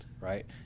right